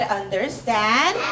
understand